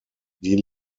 die